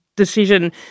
decision